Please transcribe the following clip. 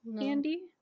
Andy